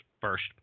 first